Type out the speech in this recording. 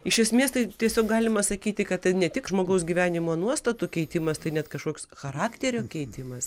iš esmės tai tiesiog galima sakyti kad ne tik žmogaus gyvenimo nuostatų keitimas tai net kažkoks charakterio keitimas